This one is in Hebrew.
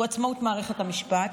הוא עצמאות מערכת המשפט.